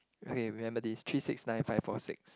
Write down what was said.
okay remember this three six nine five four six